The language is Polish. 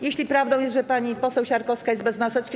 Jeśli prawdą jest, że pani poseł Siarkowska jest bez maseczki.